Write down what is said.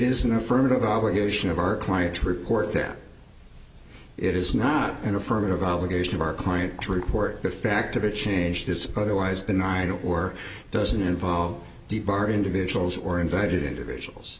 is an affirmative obligation of our clients report that it is not an affirmative obligation of our client to report the fact of a change this otherwise benign or doesn't involve deep are individuals or invited individuals